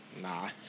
nah